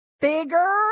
bigger